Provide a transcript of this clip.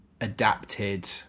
adapted